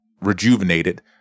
rejuvenated